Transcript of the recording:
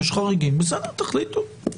יש חריגים, בסדר, תחליטו.